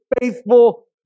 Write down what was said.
faithful